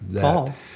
Paul